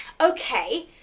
okay